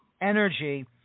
Energy